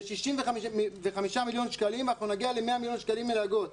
מ-65 מיליון שקלים נגיע ל-100 מיליון שקלים מלגות.